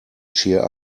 cheer